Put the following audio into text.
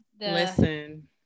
listen